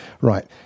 right